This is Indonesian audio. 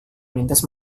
lintas